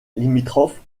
limitrophes